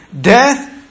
Death